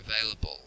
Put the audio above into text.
available